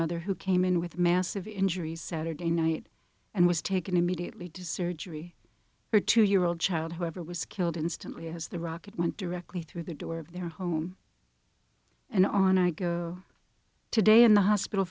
mother who came in with massive injuries saturday night and was taken immediately dysart three her two year old child whoever was killed instantly has the rocket went directly through the door of their home and on i go today in the hospital